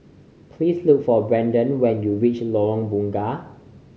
please look for Brandan when you reach Lorong Bunga